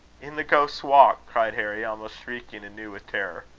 in the ghost's walk, cried harry, almost shrieking anew with terror.